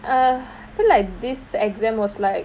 err I feel like this exam was like